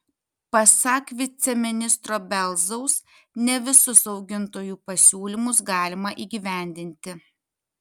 pasak viceministro belzaus ne visus augintojų pasiūlymus galima įgyvendinti